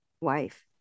wife